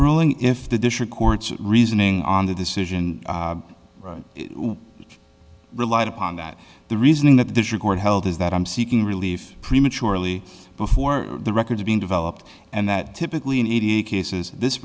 ruling if the district court's reasoning on the decision relied upon that the reasoning that this record held is that i'm seeking relief prematurely before the records being developed and that typically in eighty eight cases this